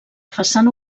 façana